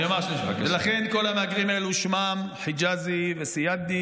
לכן כל המהגרים האלו שמם חג'אזי וסיידי